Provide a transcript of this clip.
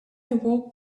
awoke